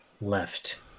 left